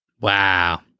Wow